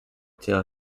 tail